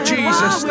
Jesus